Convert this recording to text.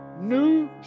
new